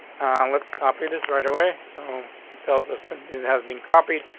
let's copy this right away. so tells us that it has been copied.